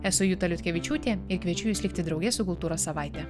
esu juta liutkevičiūtė ir kviečiu jus likti drauge su kultūros savaite